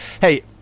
Hey